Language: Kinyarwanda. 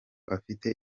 afite